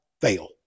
fail